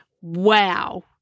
Wow